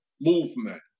movement